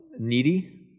needy